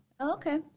okay